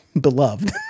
beloved